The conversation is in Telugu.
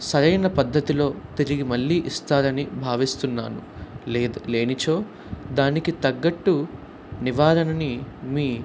సరైన పద్ధతిలో తిరిగి మళ్ళీ ఇస్తారని భావిస్తున్నాను లే లేనిచో దానికి తగ్గట్టు నివారణని మీ